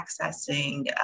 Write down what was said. accessing